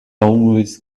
always